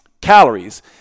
calories